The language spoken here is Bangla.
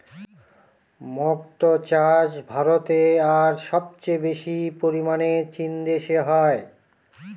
মক্তো চাষ ভারতে আর সবচেয়ে বেশি পরিমানে চীন দেশে হয়